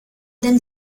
than